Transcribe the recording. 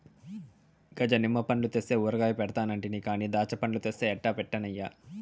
గజ నిమ్మ పండ్లు తెస్తే ఊరగాయ పెడతానంటి కానీ దాచ్చాపండ్లతో ఎట్టా పెట్టన్నయ్యా